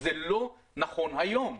זה לא נכון היום.